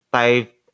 type